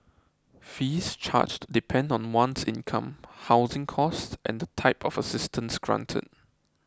fees charged depend on one's income housing cost and the type of assistance granted